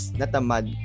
natamad